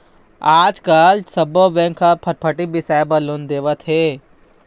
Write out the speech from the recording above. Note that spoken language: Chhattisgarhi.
आजकाल सब्बो बेंक ह फटफटी बिसाए बर लोन देवत हे